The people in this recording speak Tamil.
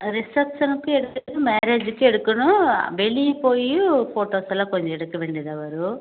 ரிசப்ஷனுக்கும் எடுக்கணும் மேரேஜ்க்கும் எடுக்கணும் வெளியே போயும் ஃபோட்டோஸ் எல்லாம் கொஞ்சம் எடுக்கவேண்டியதா வரும்